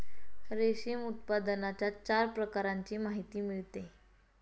रेशीम उत्पादनाच्या चार प्रकारांची माहिती मिळते